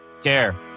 care